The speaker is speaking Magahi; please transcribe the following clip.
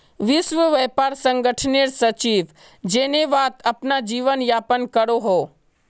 विश्व व्यापार संगठनेर सचिव जेनेवात अपना जीवन यापन करोहो